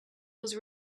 was